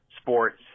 sports